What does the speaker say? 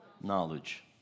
knowledge